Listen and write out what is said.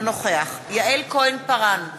אינו נוכח יעל כהן-פארן,